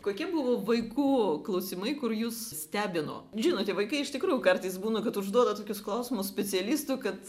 kokie buvo vaikų klausimai kur jus stebino žinote vaikai iš tikrųjų kartais būna kad užduoda tokius klausimus specialistui kad